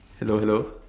hello hello